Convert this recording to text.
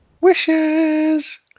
Wishes